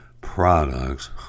products